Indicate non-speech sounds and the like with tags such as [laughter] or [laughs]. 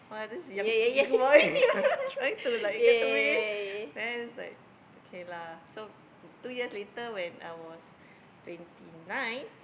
!wah! this young boy [laughs] trying to like get to me then it's like okay lah so two years later when I was twenty nine